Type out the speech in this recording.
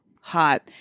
hot